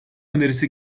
önerisi